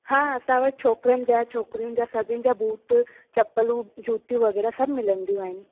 हा असां वटि छोकिरनि जा छोकिरियुनि जा सभिनि जा बूट चपलूं जूतियूं वग़ैरह सभ मिलंदियूं आहिनि